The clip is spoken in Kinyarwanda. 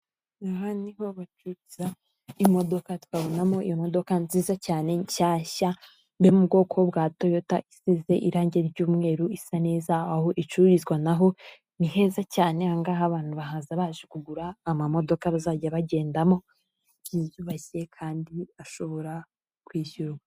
Aha niho bacuruza imodoka twabonamo imodoka nziza cyane nshyashya iri mu bwoko bwa toyota isize irangi ry'umweru isa neza, aho icururizwa naho ni heza cyane, aha ngaha abantu bahaza baje kugura amamodoka bazajya bagendamo yiyubashye kandi ashobora kwishyurwa.